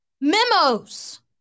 memos